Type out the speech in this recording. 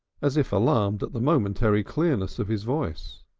as if alarmed at the momentary clearness of his voice.